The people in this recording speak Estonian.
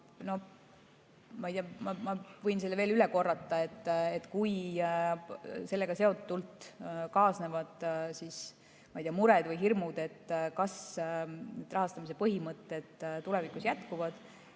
ma võin selle veel üle korrata, et kui sellega kaasnevad mured ja hirmud, kas rahastamise põhimõtted tulevikus jätkuvad,